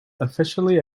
officially